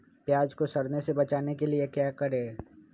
प्याज को सड़ने से बचाने के लिए क्या करें?